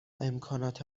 امکانات